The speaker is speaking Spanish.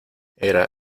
era